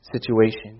situation